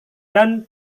dan